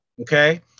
Okay